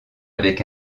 avec